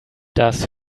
das